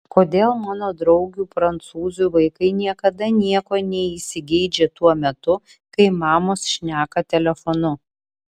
kodėl mano draugių prancūzių vaikai niekada nieko neįsigeidžia tuo metu kai mamos šneka telefonu